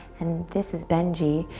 and this is benji,